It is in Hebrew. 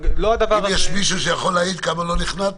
אם יש מישהו שיכול להעיד כמה לא נכנעתי,